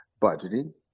budgeting